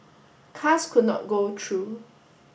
cars could not go through